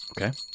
Okay